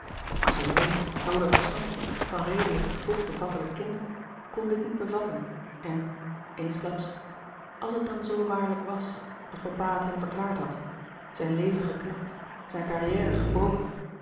maar zijn jong helder verstand van redelijk vroeg bevattelijk kind kon dit niet bevatten en eensklaps als het dan zoo waarlijk was als papa het hem verklaard had zijn leven geknakt zijn carrière gebroken